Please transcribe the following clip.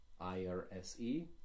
IRSE